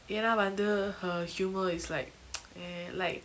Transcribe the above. ஏனா வந்து:yena vanthu her humour is like eh like